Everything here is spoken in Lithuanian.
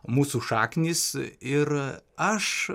mūsų šaknys ir aš